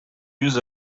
use